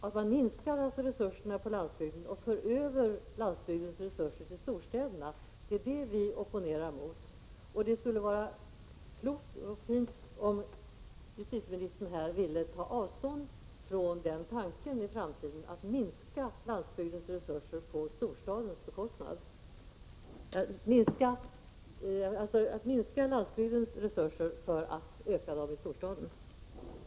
Att man vill minska resurserna på landsbygden och föra över landsbygdens resurser till storstäderna, det är vad 86 vi opponerar mot. Det skulle vara klokt och fint om justitieministern här ville ta avstånd från tanken att i framtiden minska landsbygdens resurser för att — Prot. 1986/87:59 därigenom öka resurserna i storstäderna. 26 januari 1987